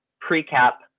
pre-cap